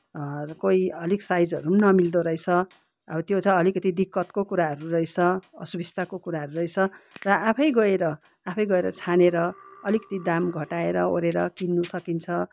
र कोही अलिक साइजहरू पनि नमिल्दो रैछ अब त्यो चाहिँ अलिकति दिक्कतको कुराहरू रहेछ असुबिस्ताको कुराहरू रहेछ र आफै गएर आफै गएर छानेर अलिकति दाम घटाएर ओरेर किन्नु सकिन्छ